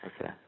Okay